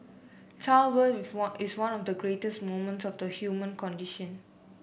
childbirth if one is one of the greatest moments of the human condition